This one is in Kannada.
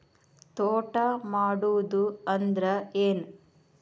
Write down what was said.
ತೋಟ ಮಾಡುದು ಅಂದ್ರ ಏನ್?